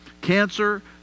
cancer